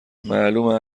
معلومه